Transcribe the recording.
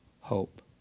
hope